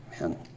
Man